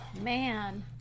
man